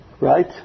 Right